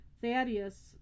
Thaddeus